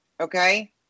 Okay